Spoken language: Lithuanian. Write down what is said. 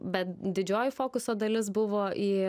bet didžioji fokuso dalis buvo į